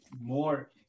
more